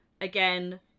again